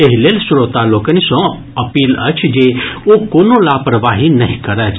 एहि लेल श्रोता लोकनि सँ अपील अछि जे ओ कोनो लापरवाही नहि करथि